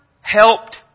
helped